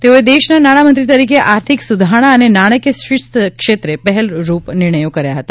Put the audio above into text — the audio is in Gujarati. તેઓએ દેશના નાણાં મંત્રી તરીકે આર્થિક સુધારણા અને નાણાંકીય શિસ્ત ક્ષેત્રે પહેલ રૂપ નિર્ણયો કર્યા હતા